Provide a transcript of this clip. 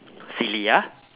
silly ah